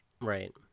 right